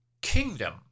Kingdom